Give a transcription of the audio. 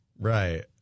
Right